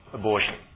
abortion